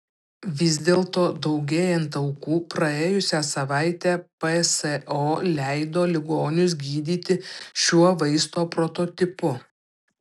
vis dėlto daugėjant aukų praėjusią savaitę pso leido ligonius gydyti šiuo vaisto prototipu